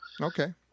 Okay